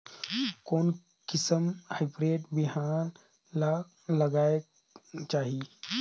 कोन किसम हाईब्रिड बिहान ला लगायेक चाही?